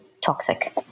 toxic